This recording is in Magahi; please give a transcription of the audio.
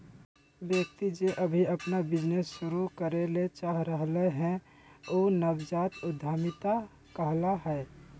व्यक्ति जे अभी अपन बिजनेस शुरू करे ले चाह रहलय हें उ नवजात उद्यमिता कहला हय